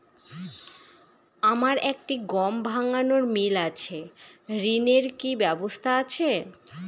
আমার একটি গম ভাঙানোর মিল আছে ঋণের কি ব্যবস্থা আছে?